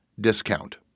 discount